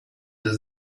does